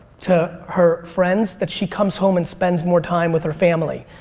to her friends that she comes home and spends more time with her family.